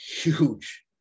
huge